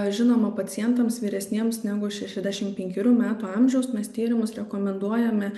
žinoma pacientams vyresniems negu šešiasdešim penkerių metų amžiaus mes tyrimus rekomenduojame